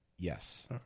Yes